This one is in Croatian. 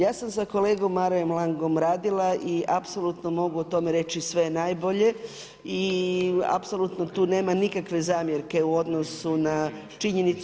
Ja sam sa kolegom Marojem Langom radila i apsolutno mogu o tome reći sve najbolje i apsolutno tu nema nikakve zamjerke u odnosu na činjenicu.